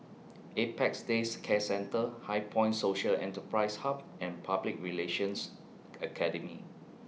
Apex Day Care Centre HighPoint Social Enterprise Hub and Public Relations Academy